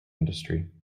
industry